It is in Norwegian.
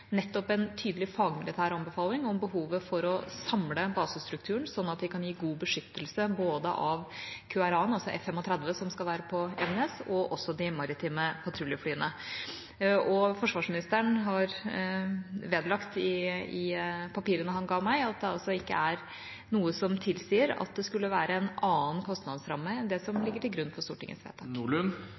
nettopp en tydelig fagmilitær anbefaling om behovet for å samle basestrukturen, sånn at vi kan gi god beskyttelse av både QRA-en – altså F-35 – som skal være på Evenes, og også de maritime patruljeflyene. Forsvarsministeren har vedlagt i papirene han ga meg, at det ikke er noe som tilsier at det skulle være en annen kostnadsramme enn det som ligger til grunn for Stortingets vedtak.